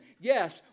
Yes